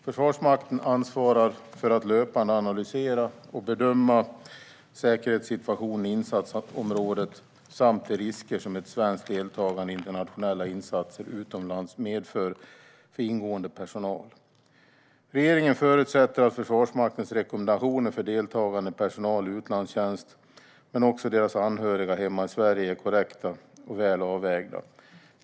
Försvarsmakten ansvarar för att löpande analysera och bedöma säkerhetssituationen i insatsområdet samt de risker som ett svenskt deltagande i internationella insatser utomlands medför för ingående personal. Svar på interpellationer Regeringen förutsätter att Försvarsmaktens rekommendationer för deltagande personal i utlandstjänst, men också för deras anhöriga hemma i Sverige, är korrekta och väl avvägda.